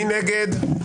מי נגד?